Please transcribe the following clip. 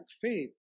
faith